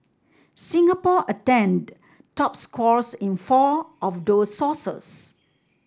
Singapore attained top scores in four of those sources